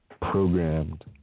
programmed